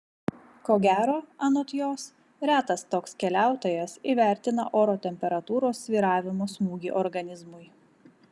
ko gero anot jos retas toks keliautojas įvertina oro temperatūros svyravimo smūgį organizmui